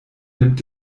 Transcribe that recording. nimmt